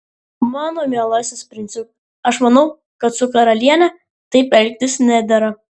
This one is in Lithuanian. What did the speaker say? mano mielasis princiuk aš manau kad su karaliene taip elgtis nedera